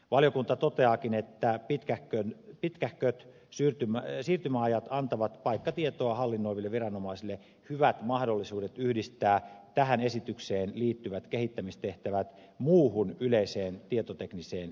valiokunta toteaakin että pitkähköt siirtymäajat antavat paikkatietoa hallinnoiville viranomaisille hyvät mahdollisuudet yhdistää tähän esitykseen liittyvät kehittämistehtävät muuhun yleiseen tietotekniseen kehittämiseen